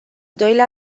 doilea